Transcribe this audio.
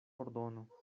ordono